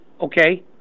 Okay